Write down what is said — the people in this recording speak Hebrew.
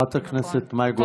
אני חושבת שמה שיריב לוין אמר,